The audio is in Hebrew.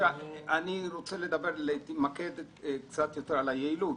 אני רוצה להתמקד קצת יותר ביעילות.